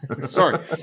Sorry